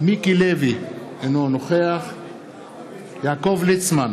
מיקי לוי, אינו נוכח יעקב ליצמן,